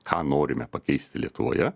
ką norime pakeisti lietuvoje